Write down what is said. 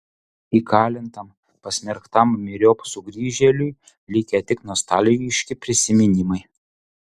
įkalintam pasmerktam myriop sugrįžėliui likę tik nostalgiški prisiminimai